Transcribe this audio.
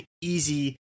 easy